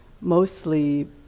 mostly